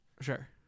Sure